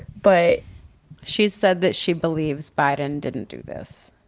but she's said that she believes biden didn't do this.